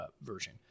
version